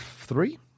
three